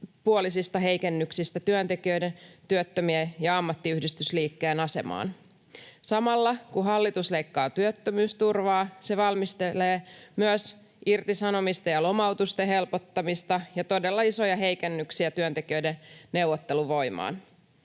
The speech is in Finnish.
yksipuolisista heikennyksistä työntekijöiden, työttömien ja ammattiyhdistysliikkeen asemaan. Samalla, kun hallitus leikkaa työttömyysturvaa, se valmistelee myös irtisanomisten ja lomautusten helpottamista ja todella isoja heikennyksiä työntekijöiden neuvotteluvoimaan.